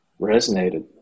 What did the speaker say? resonated